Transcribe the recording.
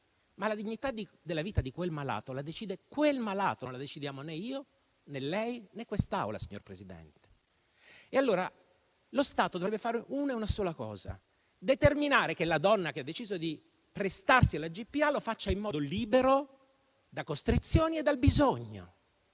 Ma la dignità della vita di quel malato la decide quel malato; non la decidiamo né io, né lei, né quest'Assemblea, signor Presidente. Lo Stato dovrebbe fare una e una sola cosa: determinare che la donna che ha deciso di prestarsi alla GPA lo faccia in modo libero da costrizioni e dal bisogno,